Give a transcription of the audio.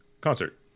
Concert